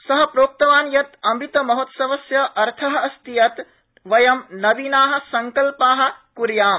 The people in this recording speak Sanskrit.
स प्रोक्तवान् यत् अमृत महोत्सवस्य अर्थ अस्ति यत् वयं नवीना संकल्पा क्याम